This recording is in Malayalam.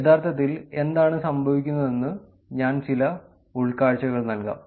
യഥാർത്ഥത്തിൽ എന്താണ് സംഭവിക്കുന്നതെന്ന് ഞാൻ ചില ഉൾക്കാഴ്ചകൾ നൽകാം